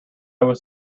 was